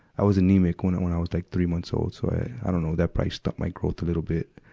i was anemic when, and when i was like three months old. so i, i don't know, that probably stunt my growth a little bit.